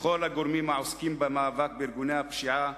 לכל הגורמים העוסקים במאבק בארגוני הפשיעה,